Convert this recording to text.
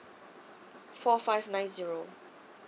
four five nine zero